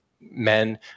men